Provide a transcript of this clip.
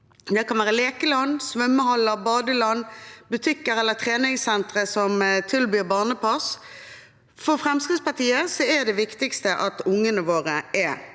Det kan være lekeland, svømmehaller, badeland, butikker eller treningssentre som tilbyr barnepass. For Fremskrittspartiet er det viktigste at ungene våre er